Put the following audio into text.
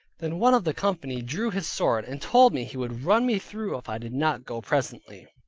then one of the company drew his sword, and told me he would run me through if i did not go presently.